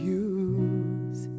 use